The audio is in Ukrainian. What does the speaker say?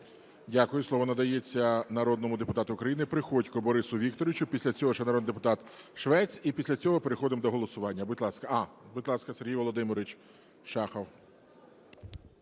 Дякую. Слово надається народному депутату України Приходьку Борису Вікторовичу, після цього ще народний депутат Швець. І після цього переходимо до голосування. Будь ласка. Будь ласка, Сергій Володимирович Шахов.